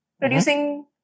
producing